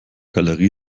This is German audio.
galerie